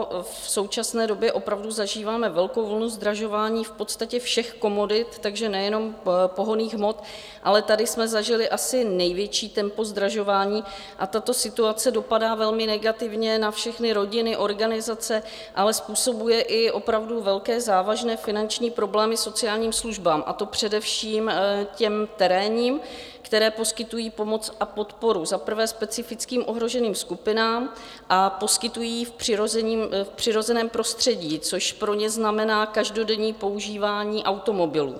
V současné době opravdu zažíváme velkou vlnu zdražování v podstatě všech komodit, takže nejenom pohonných hmot, ale tady jsme zažili asi největší tempo zdražování a tato situace dopadá velmi negativně na všechny rodiny, organizace, ale způsobuje i opravdu velké závažné finanční problémy sociálním službám, a to především těm terénním, které poskytují pomoc a podporu, za prvé specifickým ohroženým skupinám, a poskytují ji v přirozeném prostředí, což pro ně znamená každodenní používání automobilů.